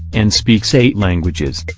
and speaks eight languages.